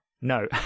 no